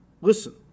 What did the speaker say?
Listen